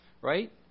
right